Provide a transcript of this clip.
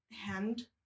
hand